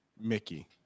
Mickey